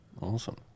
Awesome